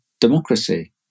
democracy